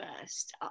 first